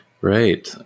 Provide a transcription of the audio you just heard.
Right